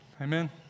Amen